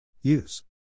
Use